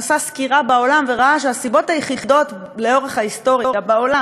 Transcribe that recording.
עשה סקירה בעולם וראה שהסיבות היחידות לאורך ההיסטוריה בעולם,